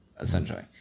Essentially